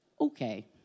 okay